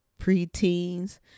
preteens